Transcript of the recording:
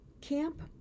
Camp